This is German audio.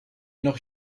noch